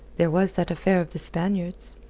there was that affair of the spaniards.